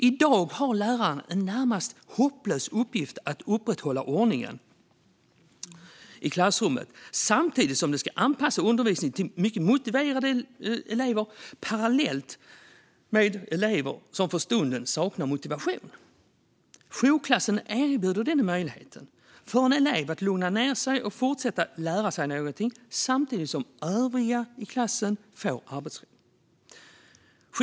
I dag har läraren en närmast hopplös uppgift att upprätthålla ordningen i klassrummet, samtidigt som läraren ska anpassa undervisningen till mycket motiverade elever parallellt med elever som för stunden saknar motivation. Jourklassen erbjuder möjligheten för en elev att lugna ned sig och fortsätta att lära sig något samtidigt som övriga i klassen får arbetsro.